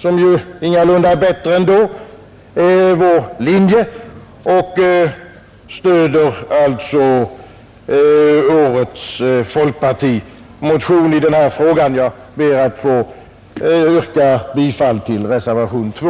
som ju ingalunda är bättre nu än då — vår linje och stöder alltså årets folkpartimotion i denna fråga. Jag ber att få yrka bifall till reservationen 2.